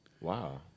Wow